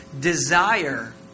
desire